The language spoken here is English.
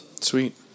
Sweet